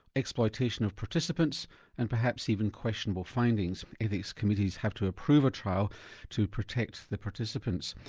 exploitation of participants and perhaps even questionable findings. ethics committees have to approve a trial to protect the participants.